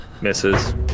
misses